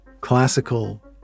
Classical